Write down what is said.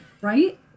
right